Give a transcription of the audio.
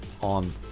on